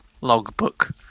logbook